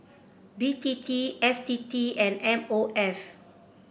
B T T F T T and M O F